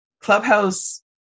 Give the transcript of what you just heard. Clubhouse